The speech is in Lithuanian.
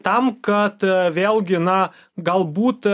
tam kad vėlgi na galbūt